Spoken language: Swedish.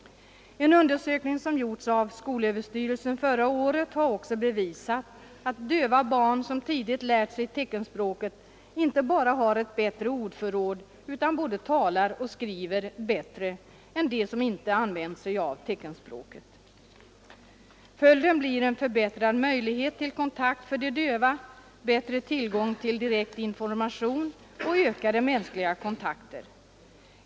En undersökning som förra året gjordes av skolöverstyrelsen har också bevisat att döva barn som tidigt lärt sig teckenspråket inte bara har ett bättre ordförråd utan också både talar och skriver bättre än de som inte har använt sig av teckenspråk. Följden blir en förbättrad möjlighet till kontakt för de döva, bättre tillgång till direkt information och ökade mänskliga kontakter.